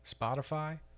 Spotify